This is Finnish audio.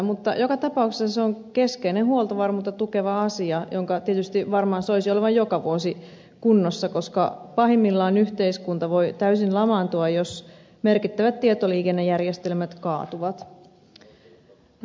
mutta joka tapauksessa se on keskeinen huoltovarmuutta tukeva asia jonka tietysti varmaan soisi olevan joka vuosi kunnossa koska pahimmillaan yhteiskunta voi täysin lamaantua jos merkittävät tietoliikennejärjestelmät kaatuvat